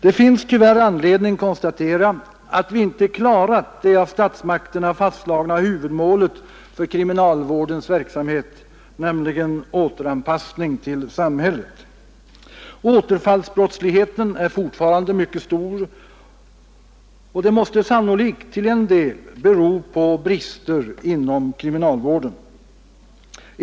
Det finns tyvärr anledning konstatera att vi inte klarat det av statsmakterna fastslagna huvudmålet för kriminalvårdens verksamhet, nämligen återanpassning till samhället. Återfallsbrottsligheten är fortfarande mycket stor, och det måste sannolikt till en del bero på brister inom kriminalvården.